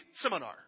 seminar